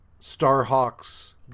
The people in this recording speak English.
Starhawk's